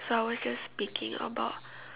so I was just speaking about